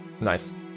Nice